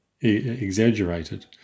exaggerated